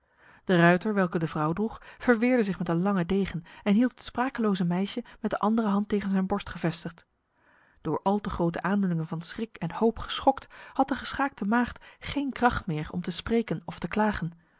de ruiter welke de vrouw droeg verweerde zich met een lange degen en hield het sprakeloze meisje met de andere hand tegen zijn borst gevestigd door al te grote aandoeningen van schrik en hoop geschokt had de geschaakte maagd geen kracht meer om te spreken of te klagen